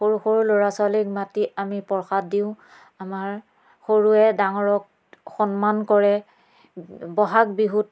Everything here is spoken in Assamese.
সৰু সৰু ল'ৰা ছোৱালীক মাতি আমি প্ৰসাদ দিওঁ আমাৰ সৰুৱে ডাঙৰক সন্মান কৰে বহাগ বিহুত